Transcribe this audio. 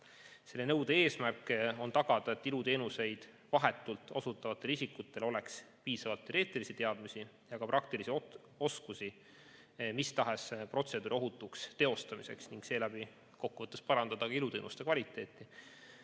Selle nõude eesmärk on tagada, et iluteenust vahetult osutavatel isikutel oleks piisavalt teoreetilisi teadmisi ja praktilisi oskusi mis tahes protseduuri ohutuks teostamiseks, ning seeläbi kokkuvõttes parandada ka iluteenuste kvaliteeti,